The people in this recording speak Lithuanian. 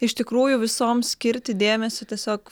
iš tikrųjų visoms skirti dėmesio tiesiog